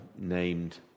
named